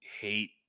hate